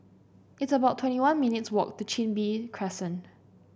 it's about twenty one minutes' walk to Chin Bee Crescent